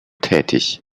tätig